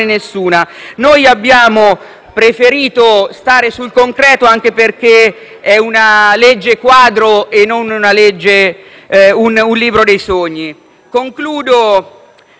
preferito stare sul concreto, anche perché si tratta di una legge quadro e non di un libro dei sogni. Concludo prendendo atto che